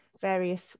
various